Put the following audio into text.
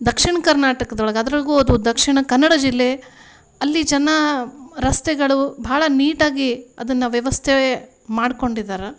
ದಕ್ಷಿಣ ಕರ್ನಾಟಕ್ದೊಳಗೆ ಅದ್ರಾಗೂ ಅದು ದಕ್ಷಿಣ ಕನ್ನಡ ಜಿಲ್ಲೆ ಅಲ್ಲಿ ಜನ ರಸ್ತೆಗಳು ಭಾಳ ನೀಟಾಗಿ ಅದನ್ನು ವ್ಯವಸ್ಥೆ ಮಾಡ್ಕೊಂಡಿದ್ದಾರೆ